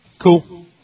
Cool